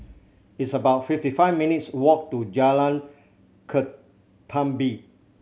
it's about fifty five minutes' walk to Jalan Ketumbit